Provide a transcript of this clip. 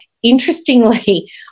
Interestingly